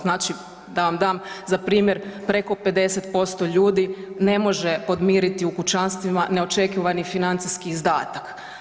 Znači, da vam dam za primjer preko 50% ljudi ne može podmiriti u kućanstvima neočekivani financijski izdatak.